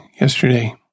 yesterday